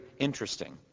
interesting